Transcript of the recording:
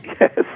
Yes